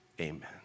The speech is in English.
Amen